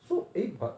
so eh but